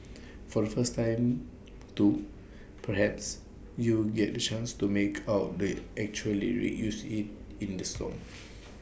for the first time too perhaps you'll get the chance to make out the actual lyrics used in in the song